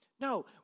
No